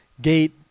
gate